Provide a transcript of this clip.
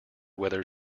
whether